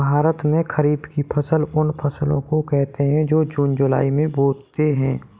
भारत में खरीफ की फसल उन फसलों को कहते है जो जून जुलाई में बोते है